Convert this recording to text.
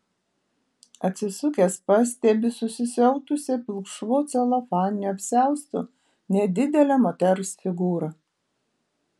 atsisukęs pastebi susisiautusią pilkšvu celofaniniu apsiaustu nedidelę moters figūrą